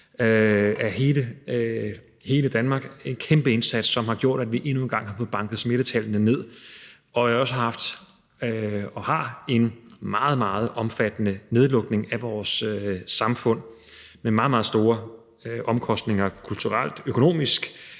af hele Danmark. Det er en kæmpe indsats, som har gjort, at vi endnu en gang har fået banket smittetallene ned. Vi har jo også haft og har en meget, meget omfattende nedlukning af vores samfund, med meget, meget store omkostninger kulturelt, økonomisk